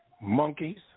Monkeys